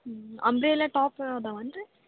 ಹ್ಞೂ umbrella top ಅದಾವೇನ್ ರೀ